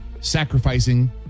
sacrificing